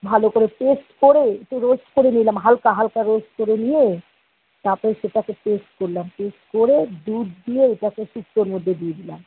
ভালো করে পেস্ট করে একটু রোস্ট করে নিলাম হালকা হালকা রোস্ট করে নিয়ে তারপর সেটাকে পেস্ট করলাম পেস্ট করে দুধ দিয়ে ওটাকে শুক্তোর মধ্যে দিয়ে দিলাম